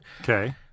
okay